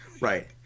right